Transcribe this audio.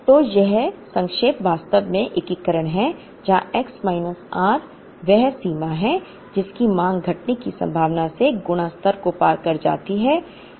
तो यह संक्षेप वास्तव में एकीकरण है यहां x माइनस r वह सीमा है जिसकी मांग घटने की संभावना से गुणा स्तर को पार कर जाती है